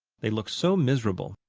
they looked so miserable.